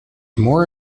more